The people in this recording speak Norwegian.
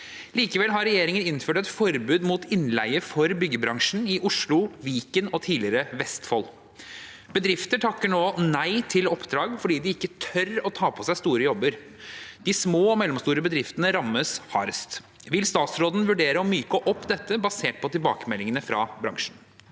Likevel har regjeringen innført et forbud mot innleie for byggebransjen i Oslo, Viken og tidligere Vestfold. Bedrifter takker nå nei til oppdrag fordi de ikke tør å ta på seg store jobber. De små og mellomstore bedriftene rammes hardest. Vil statsråden vurdere å myke opp dette basert på tilbakemeldinger fra bransjen?»